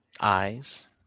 eyes